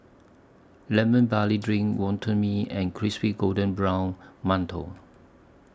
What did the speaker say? Lemon Barley Drink Wonton Mee and Crispy Golden Brown mantou